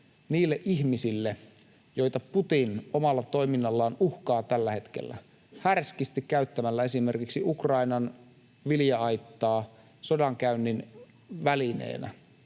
niille ihmisille, joita Putin omalla toiminnallaan uhkaa tällä hetkellä härskisti käyttämällä esimerkiksi Ukrainan vilja-aittaa sodankäynnin välineenä,